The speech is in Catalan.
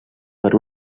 per